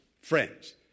Friends